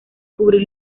cubrir